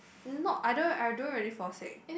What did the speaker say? not I don't I don't really fall sick